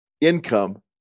income